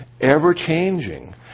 ever-changing